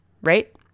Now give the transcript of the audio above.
right